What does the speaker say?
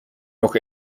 noch